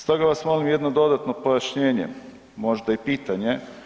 Stoga vas molim jedno dodatno pojašnjenje, možda i pitanje.